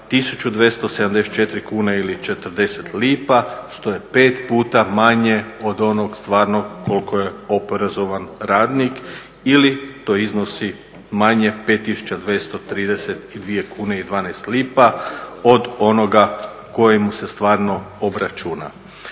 1.274 kune i 40 lipa što je 5 puta manje od onog stvarnog koliko je oporezovan radnik ili to iznosi manje 5.232 kune i 12 lipa od onoga koji mu se stvarno obračuna.